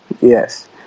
Yes